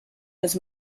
los